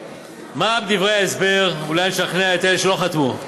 דברי ההסבר, אולי נשכנע את אלה שלא חתמו.